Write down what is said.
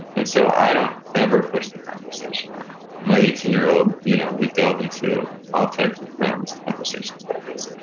and so, i don't ever push the conversation on her my eighteen year old, you know we delve into all types of realms of conversations about this.